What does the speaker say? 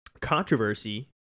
controversy